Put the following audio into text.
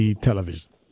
television